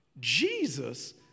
Jesus